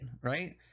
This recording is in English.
right